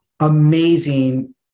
amazing